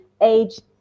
age